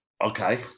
okay